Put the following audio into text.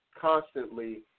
constantly